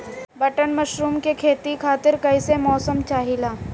Button mushroom के खेती खातिर कईसे मौसम चाहिला?